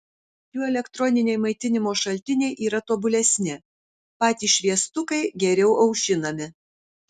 jų elektroniniai maitinimo šaltiniai yra tobulesni patys šviestukai geriau aušinami